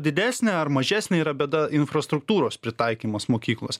didesnė ar mažesnė yra bėda infrastruktūros pritaikymas mokyklos